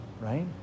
right